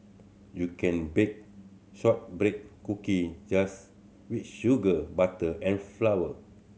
you can bake shortbread cookie just with sugar butter and flour